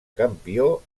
campió